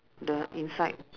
the inside